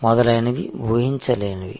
మొదలైనవి ఊహించలేనివి